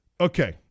Okay